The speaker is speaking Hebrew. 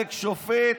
עלק שופט,